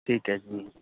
ਠੀਕ ਹੈ ਜੀ